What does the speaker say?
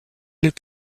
est